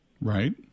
Right